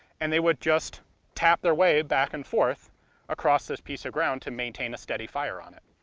and they would just tap their way back and forth across this piece of ground to maintain a steady fire on it.